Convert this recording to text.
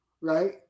right